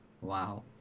Wow